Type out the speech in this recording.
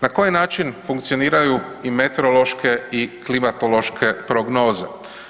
Na koji način funkcioniraju i meteorološke i klimatološke prognoze?